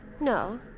No